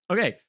Okay